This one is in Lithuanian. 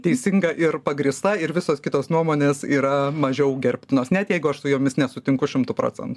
teisinga ir pagrįsta ir visos kitos nuomonės yra mažiau gerbtinos net jeigu aš su jumis nesutinku šimtu procentų